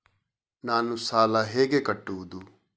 ನಾನು ಸಾಲ ಹೇಗೆ ಕಟ್ಟುವುದು?